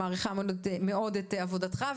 אני מעריכה מאוד את עבודתך.